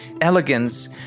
elegance